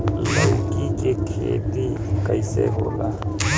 लौकी के खेती कइसे होला?